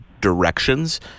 directions